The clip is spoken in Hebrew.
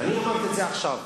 אמרתי את זה עכשיו.